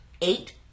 eight